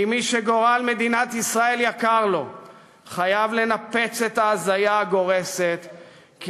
כי מי שגורל מדינת ישראל יקר לו חייב לנפץ את ההזיה הגורסת כי